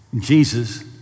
Jesus